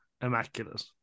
immaculate